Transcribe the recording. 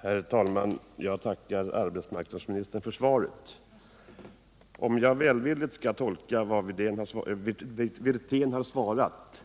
Herr talman! Jag tackar arbetsmarknadsministern för svaret på min interpellation. Om jag välvilligt skall tolka vad statsrådet har sagt i sitt svar, skulle det innebära att